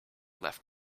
left